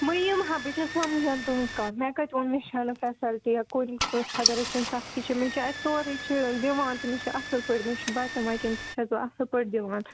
بہٕ یِم ہا بہٕ چھَس سمجان تٕہٕنٛز کَتھ مےٚ کَتہِ ووٚن مےٚ چھَنہٕ فٮ۪سَلٹی یا کُنیُک نہٕ خۄدا رٔچھٕنۍ سَختی چھےٚ مےٚ چھےٚ اَتہِ سورُے چھُ دِوان تہٕ مےٚ چھِ اَصٕل پٲٹھۍ مےٚ چھُ بَچَن وَچَن تہِ چھَس بہٕ اَصٕل پٲٹھۍ دِوان